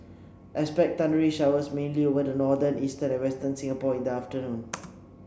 expect thundery showers mainly over the northern eastern and western Singapore in the afternoon